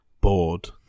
bored